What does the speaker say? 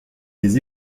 des